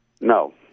No